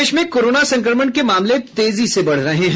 प्रदेश में कोरोना संक्रमण के मामले तेजी से बढ़ रहे हैं